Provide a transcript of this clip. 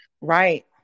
Right